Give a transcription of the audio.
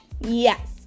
Yes